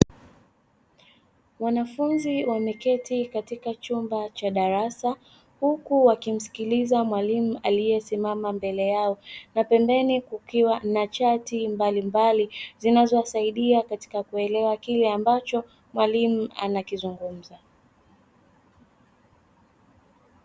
Wanafunzi wameketi katika chumba cha darasa huku wakimsikiliza mwalimu aliyesimama mbele yao na pembeni kukiwa na chati mbalimbali zinazowasaidia katika kuelewa kile ambacho mwalimu anakizungumza.